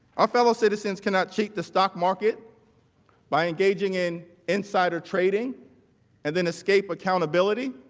a fellow citizens cannot keep the stock market by engaging in insider trading and an escape accountability